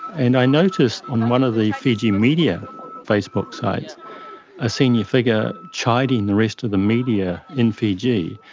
and i noticed on one of the fiji media facebook sites a senior figure chiding the rest of the media in fiji,